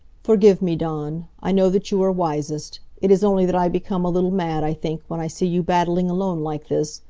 forgive me, dawn! i know that you are wisest. it is only that i become a little mad, i think, when i see you battling alone like this,